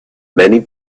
many